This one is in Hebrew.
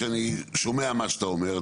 שאני שומע ממה שאתה אומר,